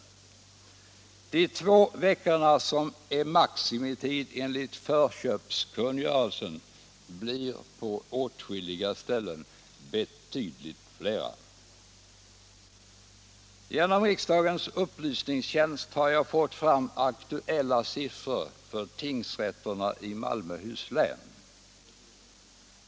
De två veckor som är maximitid enligt förköpskungörelsen blir på åtskilliga ställen betydligt flera. Genom riksdagens upplysningstjänst har jag fått fram aktuella siffror för tingsrätterna i Malmöhus län.